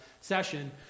session